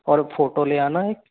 और फोटो ले आना एक